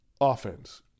offense